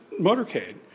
motorcade